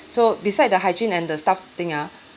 so beside the hygiene and the staff thing ah